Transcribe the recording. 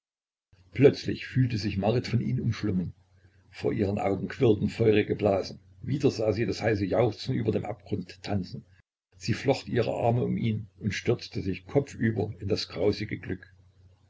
plötzlich fühlte sich marit von ihm umschlungen vor ihren augen quirlten feurige blasen wieder sah sie das heiße jauchzen über dem abgrund tanzen sie flocht ihre arme um ihn und stürzte sich kopfüber in das grausige glück